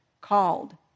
called